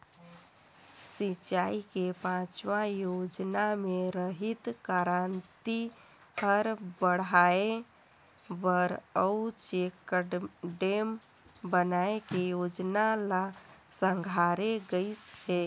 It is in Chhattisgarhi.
सिंचई के पाँचवा योजना मे हरित करांति हर बड़हाए बर अउ चेकडेम बनाए के जोजना ल संघारे गइस हे